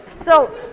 so,